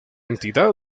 entidad